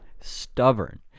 stubborn